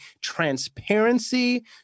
transparency